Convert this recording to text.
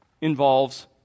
involves